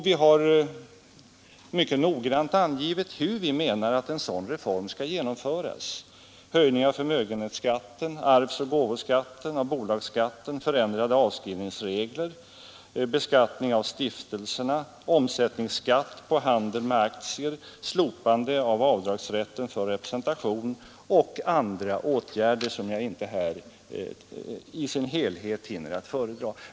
Vi har mycket noggrant angivit hur vi menar att en sådan reform skall genomföras: Höjning av förmögenhetsskatten, arvsoch gåvoskatten samt bolagsskatten, förändrade avskrivningsregler, beskattning av stiftelserna, omsättningsskatt på handel med aktier, slopande av avdragsrätten för representation och andra åtgärder, som jag inte här i helhet hinner föredra.